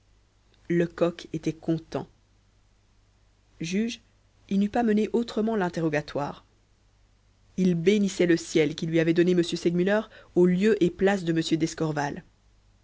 lecoq était content juge il n'eût pas mené autrement l'interrogatoire il bénissait le ciel qui lui avait donné m segmuller au lieu et place de m